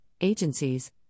agencies